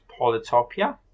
Polytopia